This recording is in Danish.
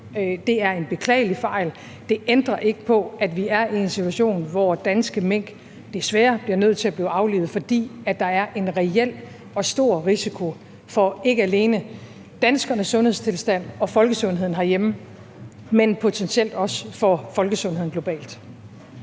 det er en beklagelig fejl. Det ændrer ikke på, at vi er i en situation, hvor danske mink desværre bliver nødt til at blive aflivet, fordi der er en reel og stor risiko for ikke alene danskernes sundhedstilstand og folkesundheden herhjemme, men potentielt også for folkesundheden globalt.